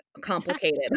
complicated